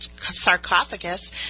sarcophagus